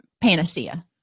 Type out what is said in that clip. panacea